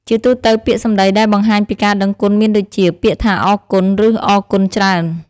ជាទូទៅពាក្យសម្ដីដែលបង្ហាញពីការដឹងគុណមានដូចជា ពាក្យថាអរគុណ ឬអរគុណច្រើន។។